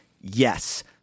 Yes